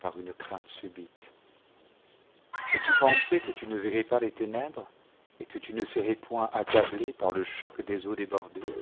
par une crainte subite est tu pensais que tu ne verrais pas les ténèbres et que tu ne serais point accablé par le choc des eaux débordés